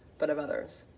but of others.